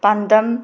ꯄꯥꯟꯗꯝ